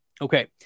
Okay